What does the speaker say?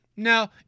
No